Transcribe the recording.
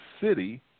city